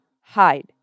hide